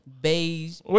Beige